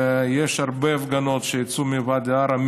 ויש הרבה הפגנות שיצאו מוואדי עארה,